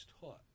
taught